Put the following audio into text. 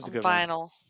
final